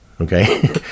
okay